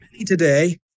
today